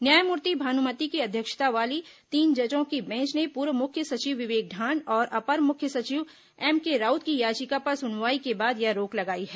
न्यायमूर्ति भानुमति की अध्यक्षता वाली तीन जजों की बेंच ने पूर्व मुख्य सचिव विवेक ढांड और अपर मुख्य सचिव एमके राउत की याचिका पर सुनवाई के बाद यह रोक लगाई है